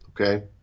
Okay